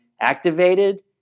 activated